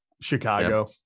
Chicago